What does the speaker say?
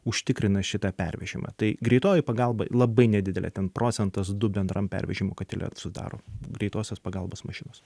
užtikrina šitą pervežimą tai greitoji pagalba labai nedidelę ten procentas du bendram pervežimo katile sudaro greitosios pagalbos mašinos